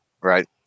Right